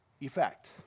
effect